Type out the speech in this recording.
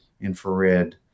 infrared